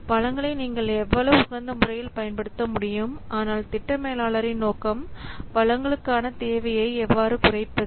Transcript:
வளங்களை நீங்கள் எவ்வளவு உகந்த முறையில் பயன்படுத்த முடியும் ஆனால் திட்ட மேலாளரின் நோக்கம் வளங்களுக்கான தேவையை எவ்வாறு குறைப்பது